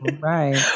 Right